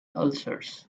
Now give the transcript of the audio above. ulcers